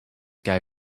guy